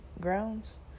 grounds